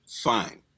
fine